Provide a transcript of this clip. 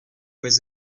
bez